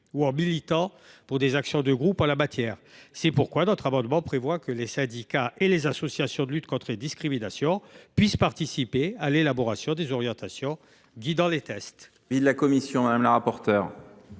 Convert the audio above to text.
ou en militant pour des actions de groupe. C’est pourquoi notre amendement prévoit que les syndicats et les associations de lutte contre les discriminations puissent participer à l’élaboration des orientations guidant les tests.